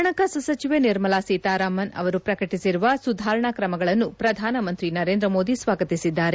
ಪಣಕಾಸು ಸಚಿವೆ ನಿರ್ಮಲಾ ಸೀತಾರಾಮನ್ ಪ್ರಕಟಿಸಿರುವ ಸುಧಾರಣಾ ಕ್ರಮಗಳನ್ನು ಪ್ರಧಾನಮಂತ್ರಿ ನರೇಂದ್ರ ಮೋದಿ ಸ್ನಾಗತಿಸಿದ್ದಾರೆ